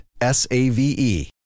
S-A-V-E